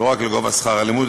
לא רק גובה שכר הלימוד,